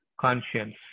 conscience